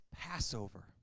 Passover